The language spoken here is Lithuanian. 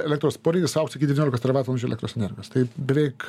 elektros poreikis augs iki devyniolikos teravatvalandžių elektros energijos tai beveik